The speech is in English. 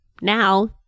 now